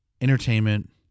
entertainment